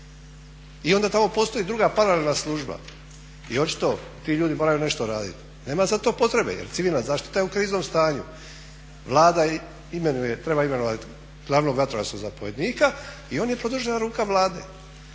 I onda tamo postoji druga paralelna služba i očito ti ljudi moraju nešto raditi. Nema zato potrebe jer civilna zaštita je u kriznom stanju. Vlada treba imenovati glavnog vatrogasnog zapovjednika i on je produžena ruke Vlade,